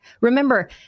Remember